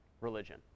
religion